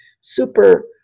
super